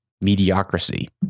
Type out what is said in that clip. mediocrity